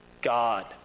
God